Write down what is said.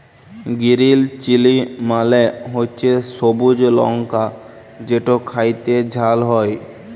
গিরিল chilli মালে হছে সবুজ লংকা যেট খ্যাইতে ঝাল হ্যয়